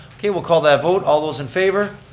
okay, we'll call that vote, all those in favor?